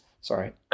sorry